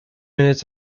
minutes